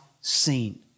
seen